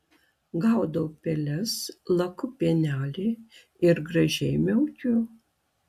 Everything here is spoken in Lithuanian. gaudau peles laku pienelį ir gražiai miaukiu